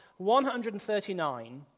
139